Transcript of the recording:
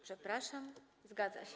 Przepraszam, zgadza się.